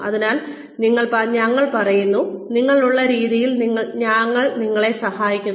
അതിനാൽ ഞങ്ങൾ പറയുന്നു നിങ്ങൾ ഉള്ള രീതിയിൽ ഞങ്ങൾ നിങ്ങളെ സ്നേഹിക്കുന്നു